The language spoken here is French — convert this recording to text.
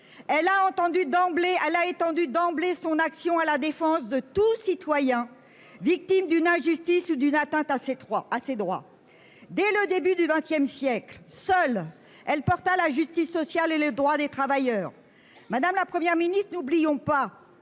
Elle a étendu d'emblée son action à la défense de tout citoyen victime d'une injustice ou d'une atteinte à ses droits. Dès le début du XXsiècle, seule, elle porta la justice sociale et le droit des travailleurs. Madame la Première ministre, ne l'oublions pas